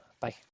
Bye